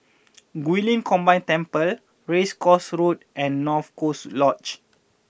Guilin Combined Temple Race Course Road and North Coast Lodge